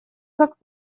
как